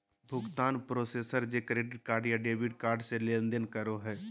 भुगतान प्रोसेसर जे credit card या डेबिट कार्ड से लेनदेन करो हइ